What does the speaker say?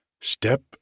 Step